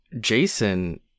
Jason